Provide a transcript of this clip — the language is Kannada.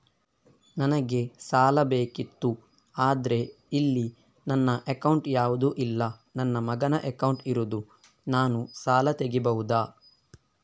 ನನಗೆ ಸಾಲ ಬೇಕಿತ್ತು ಆದ್ರೆ ಇಲ್ಲಿ ನನ್ನ ಅಕೌಂಟ್ ಯಾವುದು ಇಲ್ಲ, ನನ್ನ ಮಗನ ಅಕೌಂಟ್ ಇರುದು, ನಾನು ಸಾಲ ತೆಗಿಬಹುದಾ?